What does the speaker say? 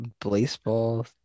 baseball